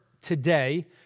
today